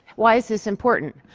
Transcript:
why is this important?